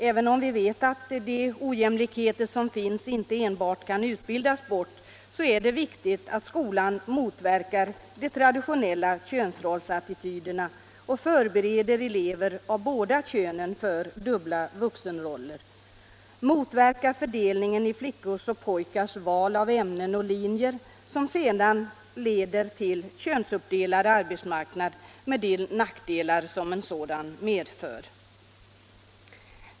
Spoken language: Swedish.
Även om vi vet att de ojämlikheter som finns inte enbart kan utbildas bort, så är det viktigt att skolan motverkar de traditionella könsrollsattityderna och förbereder elever av båda könen för dubbla vuxenroller, motvekar fördelningen i flickors och pojkars val av ämnen och linjer som sedan leder till könsuppdelad arbetsmarknad med de nackdelar som en sådan medför.